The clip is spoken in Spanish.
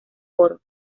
coro